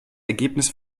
ergebnis